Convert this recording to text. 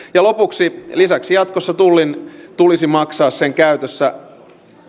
ja lopuksi lisäksi jatkossa tullin tulisi maksaa sen käytössä